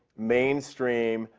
mainstream,